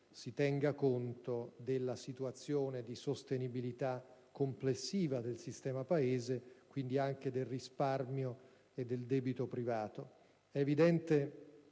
tenere conto della situazione di sostenibilità complessiva del sistema Paese, quindi anche del risparmio e del debito privato. È evidente